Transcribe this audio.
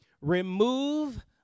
Remove